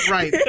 Right